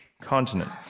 continent